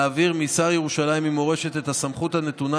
להעביר משר ירושלים ומורשת את הסמכות הנתונה